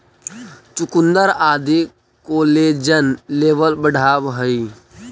चुकुन्दर आदि collagen level बढ़ावऽ हई